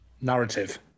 narrative